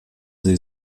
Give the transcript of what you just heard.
sie